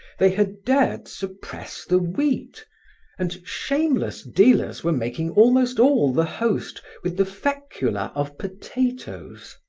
they had dared suppress the wheat and shameless dealers were making almost all the host with the fecula of potatoes.